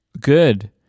Good